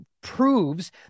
proves